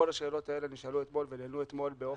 שכל השאלות האלה נשאלו אתמול ונענו באופן מלא.